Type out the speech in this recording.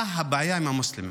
מה הבעיה עם המוסלמים?